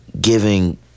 giving